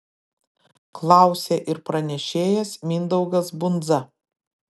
klausė ir pranešėjas mindaugas bundza